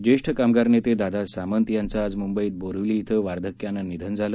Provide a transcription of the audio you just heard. जेष्ठ कामगार नेते दादा सामंत यांचं आज मुंबईत बोरीवली क्विं वार्धक्यानं निधन झालं